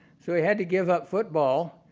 so he had to give up football.